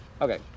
Okay